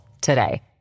today